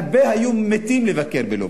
הרבה היו מתים לבקר בלוב.